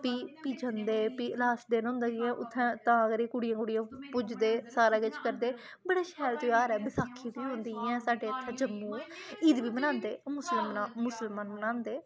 फ्ही फ्ही जंदे फ्ही लास्ट दिन होंदा जियां उत्थे तां करियै कुड़ियां कुड़ियां पूजदे सारा किश करदे बड़ा शैल त्यहार ऐ बसाखी बी औंदी इ'यां साड्ढे इत्थे जम्मू ईद बी मनांदे ओह् मुसलन मुस्लमान मनांदे